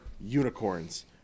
unicorns